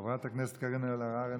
חברת הכנסת קארין אלהרר,